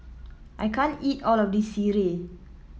I can't eat all of this sireh